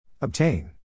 Obtain